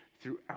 throughout